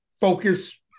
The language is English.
Focus